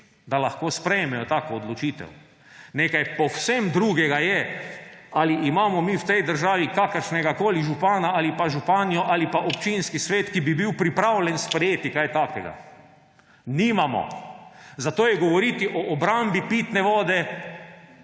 da lahko sprejmejo tako odločitev. Nekaj povsem drugega je, ali imamo mi v tej državi kakršnegakoli župana ali pa županjo ali pa občinski svet, ki bi bil pripravljen sprejeti kaj takega. Nimamo! Zato je govoriti o obrambi pitne vode